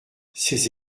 ces